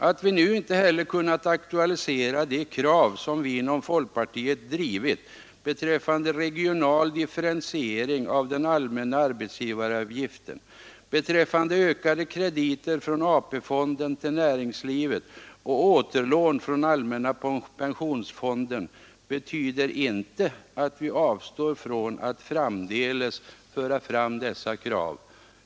Att vi nu inte kunnat aktualisera de krav som vi inom folkpartiet drivit beträffande regional differentiering av den allmänna arbetsgivaravgiften samt beträffande ökade krediter från AP-fonden till näringslivet och återlån från allmänna pensionsfonden betyder inte att vi avstår från att framdeles föra fram dessa krav.